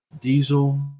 Diesel